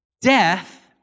Death